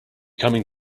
coming